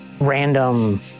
random